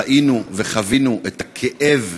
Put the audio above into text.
ראינו וחווינו את הכאב,